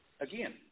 again